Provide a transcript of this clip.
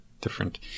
different